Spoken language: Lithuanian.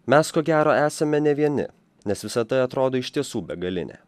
mes ko gero esame ne vieni nes visata atrodo iš tiesų begalinė